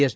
S